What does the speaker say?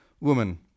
woman